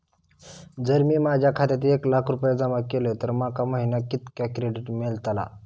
जर मी माझ्या खात्यात एक लाख रुपये जमा केलय तर माका महिन्याक कितक्या क्रेडिट मेलतला?